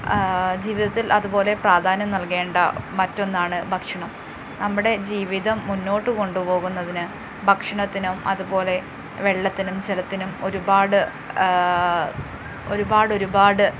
ജീവിതത്തിൽ അതുപോലെ പ്രാധാന്യം നൽകേണ്ട മറ്റൊന്നാണ് ഭക്ഷണം നമ്മുടെ ജീവിതം മുന്നോട്ട് കൊണ്ടുപോകുന്നതിന് ഭക്ഷണത്തിനും അതുപോലെ വെള്ളത്തിനും ജലത്തിനും ഒരുപാട് ഒരുപാടൊരുപാട്